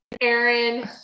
Aaron